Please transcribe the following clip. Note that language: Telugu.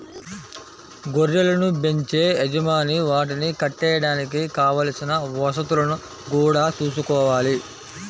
గొర్రెలను బెంచే యజమాని వాటిని కట్టేయడానికి కావలసిన వసతులను గూడా చూసుకోవాలి